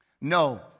No